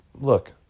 look